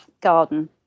garden